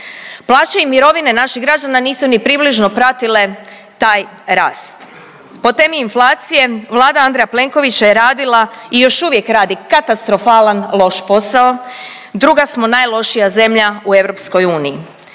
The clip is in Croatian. Plaće i mirovine naših građana nisu ni približno pratile taj rast. Po temi inflacije Vlada Andreja Plenkovića je radila i još uvijek radi katastrofalan loš posao, druga smo najlošija zemlja u EU,